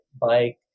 bike